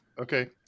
Okay